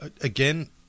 Again